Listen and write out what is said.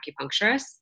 acupuncturist